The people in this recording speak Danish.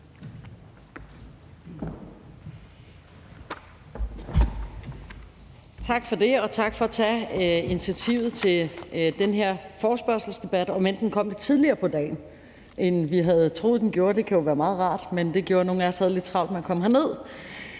Tak for det, og tak for at tage initiativet til den her forespørgselsdebat, om end den kom lidt tidligere på dagen, end vi havde troet den gjorde. Det kan jo være meget rart, men det gjorde, at nogle af os havde lidt travlt med at komme herned.